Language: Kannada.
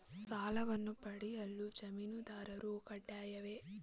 ಸಾಲವನ್ನು ಪಡೆಯಲು ಜಾಮೀನುದಾರರು ಕಡ್ಡಾಯವೇ?